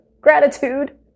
gratitude